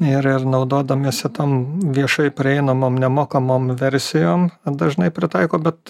ir ir naudodamiesi tam viešai prieinamom nemokamom versijom dažnai pritaiko bet